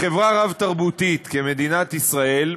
בחברה רב-תרבותית כמדינת ישראל,